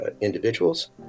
individuals